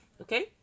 Okay